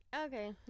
okay